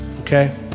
okay